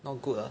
not good ah